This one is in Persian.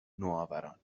نوآوران